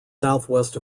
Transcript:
southwest